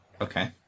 Okay